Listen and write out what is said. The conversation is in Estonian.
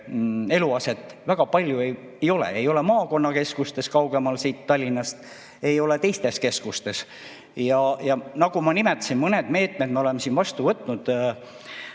eluaset väga palju ei ole. Ei ole maakonnakeskustes, kaugemal siit Tallinnast, ei ole teistes keskustes. Nagu ma nimetasin, mõned meetmed me oleme siin vastu võtnud.